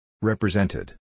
Represented